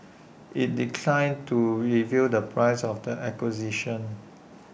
IT declined to reveal the price of the acquisition